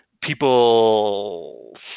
people